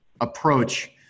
approach